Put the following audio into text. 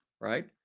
right